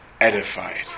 edified